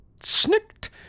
snicked